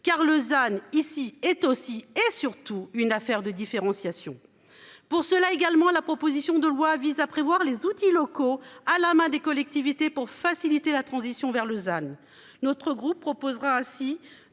car Lausanne ici est aussi et surtout une affaire de différenciation pour cela également la proposition de loi vise à prévoir les outils locaux à la main des collectivités pour faciliter la transition vers Lausanne, notre groupe proposera ainsi